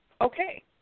okay